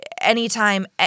Anytime